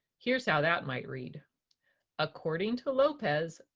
here's how that might read according to lopez,